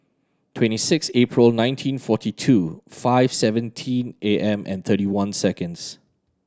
twenty six April nineteen forty two five seventeen A M and thirty one seconds